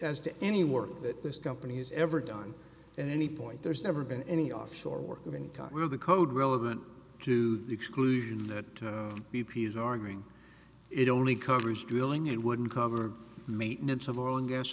as to any work that this company has ever done and any point there's never been any offshore work of any of the code relevant to the exclusion that b p is arguing it only covers drilling it wouldn't cover maintenance of oil and gas